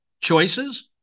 choices